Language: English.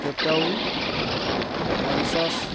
Cape Town Mauritius